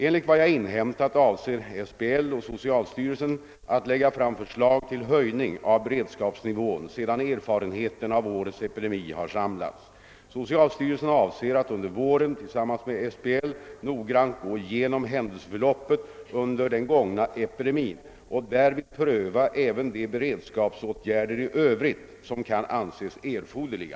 Enligt vad jag inhämtat avser SBL och socialstyrelsen att lägga fram förslag till höjning av beredskapsnivån sedan erfarenheterna av årets epidemi har samlats. Socialstyrelsen avser att under våren tillsammans med SBL noggrant gå igenom händelseförloppet under den gångna epidemin och därvid pröva även de beredskapsåtgärder i övrigt som kan anses erforderliga.